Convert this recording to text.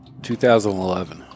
2011